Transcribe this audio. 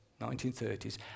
1930s